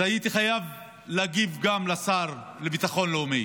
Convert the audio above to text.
הייתי חייב להגיב גם לשר לביטחון לאומי.